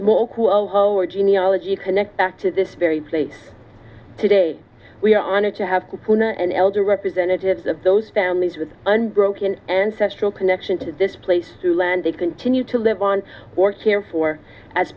or genealogy connect back to this very place today we are honored to have an elder representatives of those families with undergrowth ancestral connection to this place to land they continue to live on or care for as